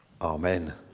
Amen